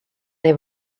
they